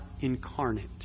incarnate